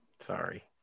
sorry